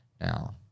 Now